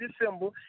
December